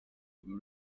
you